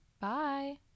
Bye